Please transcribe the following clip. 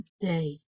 day